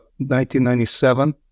1997